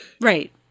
Right